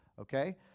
okay